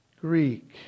Greek